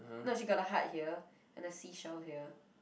no she got a heart here and a sea shell here